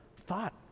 thought